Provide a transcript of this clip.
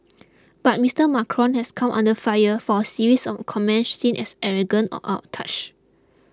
but Mister Macron has come under fire for series of comments seen as arrogant or out of touch